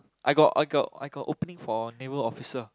I got I got I got opening for naval officer